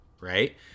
right